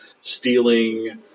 stealing